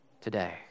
today